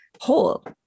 whole